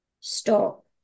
stop